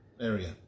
area